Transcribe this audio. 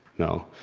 no.